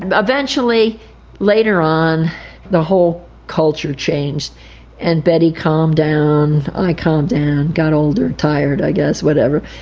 and eventually later on the whole culture changed and betty calmed down, i calmed down, got old and tired i guess, whatever,